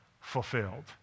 fulfilled